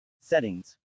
Settings